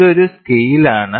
ഇതൊരു സ്കെയിലാണ്